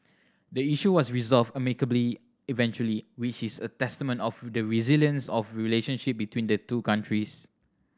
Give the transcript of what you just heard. the issue was resolved amicably eventually which is a testament of the resilience of relationship between the two countries